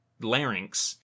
larynx